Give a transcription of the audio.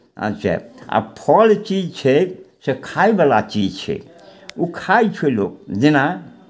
अच्छा आ फल चीज छै से खायवला चीज छै ओ खाइ छै लोक जेना